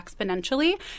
exponentially